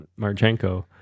Marchenko